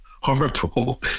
horrible